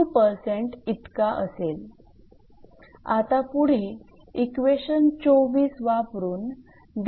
आता पुढे इक्वेशन 24 वापरून